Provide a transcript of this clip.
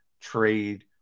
trade